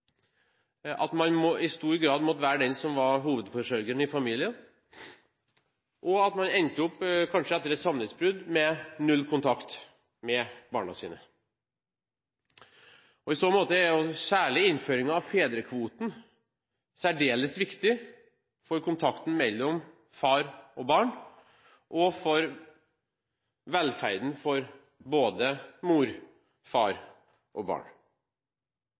at man i stor grad måtte være den som var hovedforsørgeren i familien, og at man etter et samlivsbrudd kanskje endte opp med null kontakt med barna sine. I så måte er særlig innføringen av fedrekvoten særdeles viktig for kontakten mellom far og barn og for velferden for både mor, far og barn.